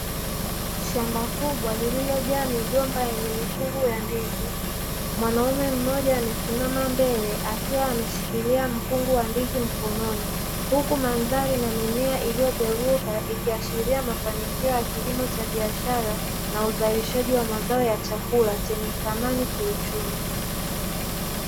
Shamba kubwa lililo jaa migomba na mikungu ya ndizi mwanaume mmoja amesisma mbele akiwa ameshikilia mkungu wa ndizi mkononi, huku madhari na mimea iliyo pevuka ikiashiria mafanikio ya kilimo cha biashara na uzalisha wa mazao ya chakula chenye thamani kiuchumi.